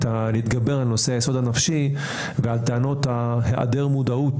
להתגבר על נושא היסוד הנפשי ועל טענות היעדר מודעות